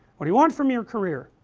what do want from your career?